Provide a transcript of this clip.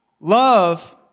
Love